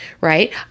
right